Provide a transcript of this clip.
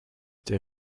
der